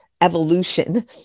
evolution